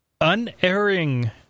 unerring